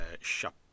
shop